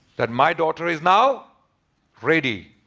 that my daughter is now ready.